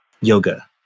yoga